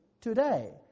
today